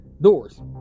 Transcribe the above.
doors